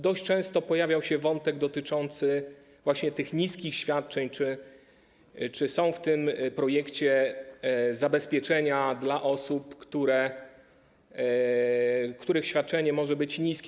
Dość często też pojawiał się wątek dotyczący właśnie tych niskich świadczeń, tego, czy są w tym projekcie zabezpieczenia dla osób, których świadczenie może być niskie.